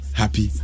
happy